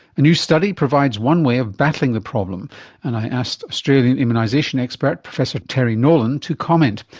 a new study provides one way of battling the problem and i asked australian immunisation expert professor terry nolan to comment.